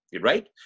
Right